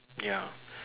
ya